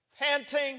Panting